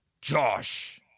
Josh